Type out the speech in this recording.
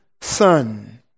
son